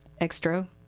Extra